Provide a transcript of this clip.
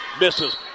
misses